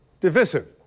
divisive